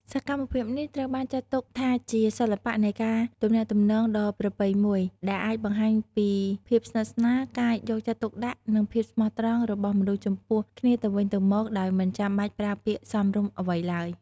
សកម្មភាពនេះត្រូវបានចាត់ទុកថាជាសិល្បៈនៃការទំនាក់ទំនងដ៏ប្រពៃមួយ ដែលអាចបង្ហាញពីភាពស្និទ្ធស្នាល ការយកចិត្តទុកដាក់ និងភាពស្មោះត្រង់របស់មនុស្សចំពោះគ្នាទៅវិញទៅមកដោយមិនចាំបាច់ប្រើពាក្យសម្ដីអ្វីឡើយ។